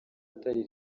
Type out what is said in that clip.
atari